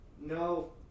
No